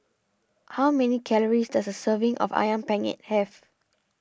how many calories does a serving of Ayam Penyet have